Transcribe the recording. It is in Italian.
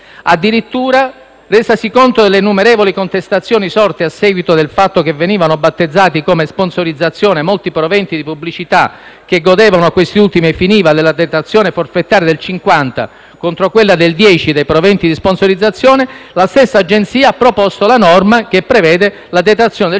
Addirittura, resasi conto delle innumerevoli contestazioni sorte a seguito del fatto che venivano battezzati come sponsorizzazioni molti proventi di pubblicità, che godevano, questi ultimi, ai fini della detrazione forfettaria, di quella del 50 per cento contro quella del 10 dei proventi di sponsorizzazione, la stessa Agenzia ha proposto la norma che prevede la detrazione del